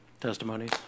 testimonies